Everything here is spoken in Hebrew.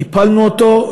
הפלנו אותו,